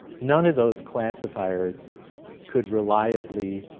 none of those classifiers could reliably,